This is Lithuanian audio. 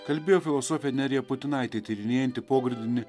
kalbėjo filosofė nerija putinaitė tyrinėjanti pogrindinį